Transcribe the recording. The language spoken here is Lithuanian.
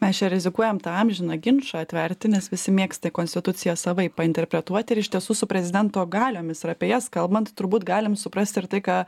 mes čia rizikuojam tą amžiną ginčą atverti nes visi mėgsta konstituciją savaip painterpretuoti ir iš tiesų su prezidento galiomis ir apie jas kalbant turbūt galim suprasti ir tai ką